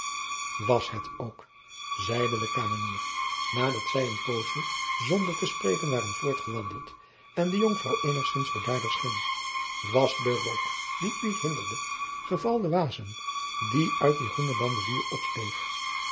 was het ook zeide de kamenier nadat zij een poosje zonder te spreken waren voortgewandeld en de jonkvrouw eenigzins bedaarder scheen was de rook die u hinderde geval de waassem die uit dien groenen bandelier opsteeg